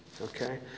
Okay